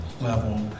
level